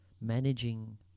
managing